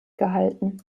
gehalten